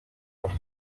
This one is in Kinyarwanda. alpha